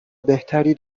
بهتری